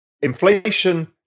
Inflation